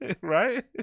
Right